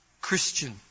Christian